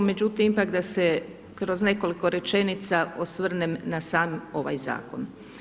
Međutim, ipak, da se kroz nekoliko rečenica osvrnem na sam ovaj zakon.